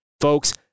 folks